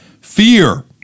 fear